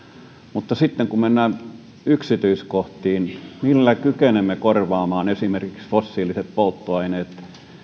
mutta sitten kun mennään yksityiskohtiin millä kykenemme korvaamaan esimerkiksi fossiiliset polttoaineet niin